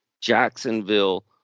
Jacksonville